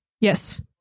Yes